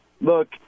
look